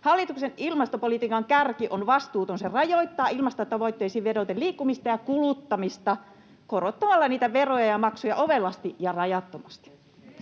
Hallituksen ilmastopolitiikan kärki on vastuuton. Se rajoittaa ilmastotavoitteisiin vedoten liikkumista ja kuluttamista korottamalla niitä veroja ja maksuja ovelasti ja rajattomasti.